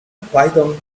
python